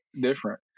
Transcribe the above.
different